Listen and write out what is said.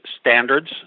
standards